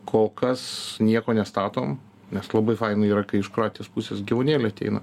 kol kas nieko nestatom nes labai faina yra kai iš kroatijos pusės gyvūnėliai ateina